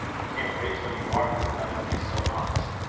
i can't wait till you are good i love you so much